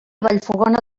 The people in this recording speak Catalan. vallfogona